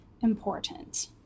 important